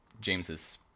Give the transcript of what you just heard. James's